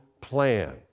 plan